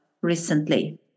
recently